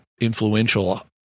influential